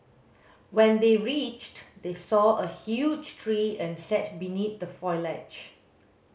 when they reached they saw a huge tree and sat beneath the foliage